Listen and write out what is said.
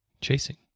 chasing